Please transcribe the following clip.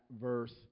verse